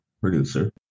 producer